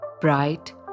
Bright